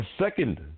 second